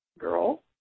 Girl